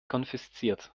konfisziert